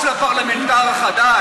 אתה פרלמנטר חדש?